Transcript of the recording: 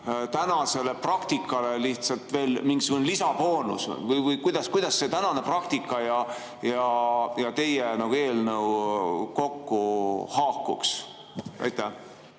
tänasele praktikale lisaks veel mingisugune boonus või kuidas see tänane praktika ja teie eelnõu haakuksid? Aitäh